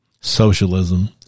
Socialism